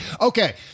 Okay